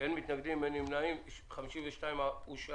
אין מתנגדים, אין נמנעים, סעיף 52 אושר.